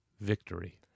Victory